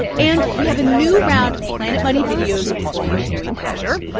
and we have a new round of planet money videos for your viewing pleasure.